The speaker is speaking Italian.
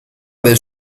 del